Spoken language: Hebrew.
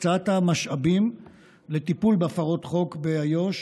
הקצאת המשאבים לטיפול בהפרות חוק באיו"ש,